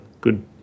good